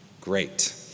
great